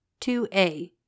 2a